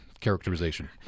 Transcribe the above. characterization